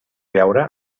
veure